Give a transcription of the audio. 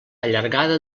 allargada